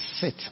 sit